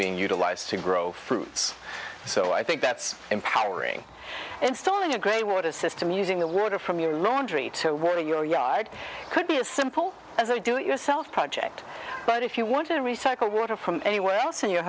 being utilized to grow fruits so i think that's empowering installing a grey water system using the world or from your laundry to work in your yard could be as simple as i do it yourself project but if you want to recycle water from anywhere else in your